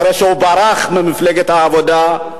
ברח ממפלגת העבודה,